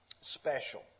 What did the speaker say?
special